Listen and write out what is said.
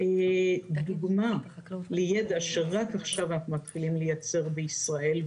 דוגמה ליידע שרק עכשיו אנחנו מתחילים לייצר בישראל,